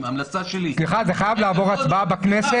סליחה, זה חייב לעבור הצבעה בכנסת?